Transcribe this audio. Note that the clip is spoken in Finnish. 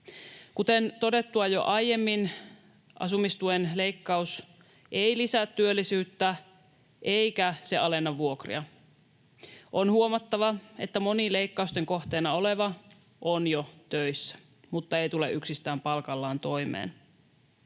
Kuten todettua jo aiemmin, asumistuen leikkaus ei lisää työllisyyttä eikä se alenna vuokria. On huomattava, että moni leikkausten kohteena oleva on jo töissä mutta ei tule yksistään palkallaan toimeen.